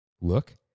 look